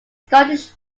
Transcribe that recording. scottish